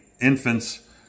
infant's